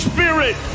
Spirit